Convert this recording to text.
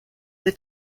the